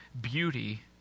beauty